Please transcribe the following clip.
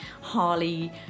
Harley